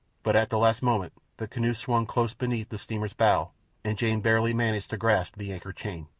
but at the last moment the canoe swung close beneath the steamer's bow and jane barely managed to grasp the anchor chain.